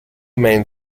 main